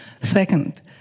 Second